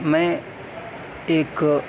میں ایک